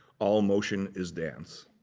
all motion is dance.